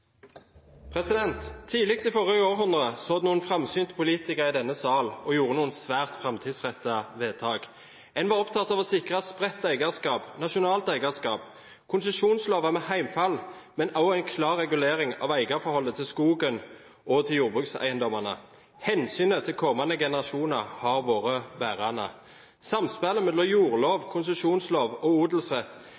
Tidlig i forrige århundre satt det noen framsynte politikere i denne sal og gjorde noen svært framtidsrettede vedtak. En var opptatt av å sikre spredt eierskap, nasjonalt eierskap, konsesjonslover med heimfall, men også en klar regulering av eierforholdet til skogen og jordbrukseiendommene. Hensynet til kommende generasjoner har vært bærende. Samspillet mellom jordlov,